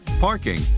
parking